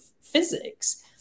physics